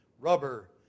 rubber